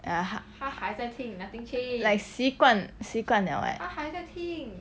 ya 他 like 习惯习惯 liao [what]